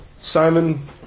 Simon